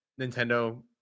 Nintendo